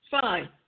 Fine